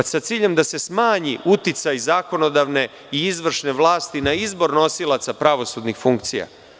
S ciljem da se smanji uticaj zakonodavne i izvršne vlasti na izbor nosilaca pravosudnih funkcija.